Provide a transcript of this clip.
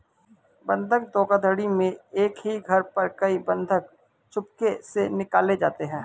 बंधक धोखाधड़ी में एक ही घर पर कई बंधक चुपके से निकाले जाते हैं